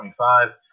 25